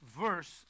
verse